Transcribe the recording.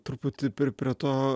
truputį prie to